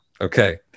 Okay